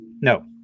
No